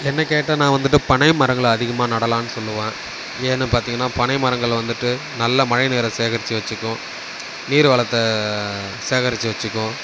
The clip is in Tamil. என்னை கேட்டால் நான் வந்துட்டு பனைமரங்களை அதிகமாக நடலாம்னு சொல்லுவேன் ஏன்னு பார்த்திங்கன்னா பனைமரங்கள் வந்துட்டு நல்லா மழைநீரை சேகரிச்சு வச்சுக்கும் நீர்வளத்தை சேகரிச்சு வச்சுக்கும்